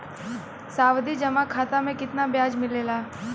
सावधि जमा खाता मे कितना ब्याज मिले ला?